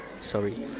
sorry